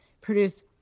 produce